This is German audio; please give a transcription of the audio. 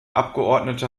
abgeordnete